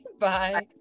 Bye